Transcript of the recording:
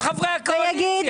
כל חברי הקואליציה.